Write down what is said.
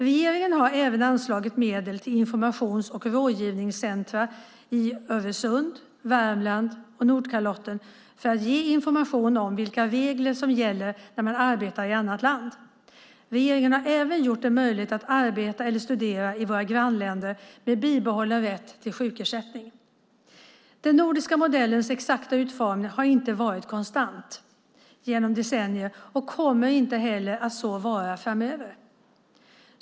Regeringen har anslagit medel till informations och rådgivningscentrum i Öresund, Värmland och Nordkalotten för att ge information om vilka regler som gäller när man arbetar i ett annat land. Regeringen har även gjort det möjligt att arbeta eller studera i våra grannländer med bibehållen rätt till sjukersättning. Den nordiska modellens exakta utformning har inte varit konstant genom decennierna och kommer inte heller att så vara framöver.